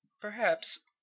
Perhaps